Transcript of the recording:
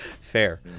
Fair